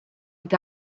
est